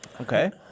Okay